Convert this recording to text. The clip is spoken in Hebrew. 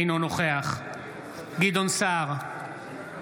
אינו נוכח גדעון סער,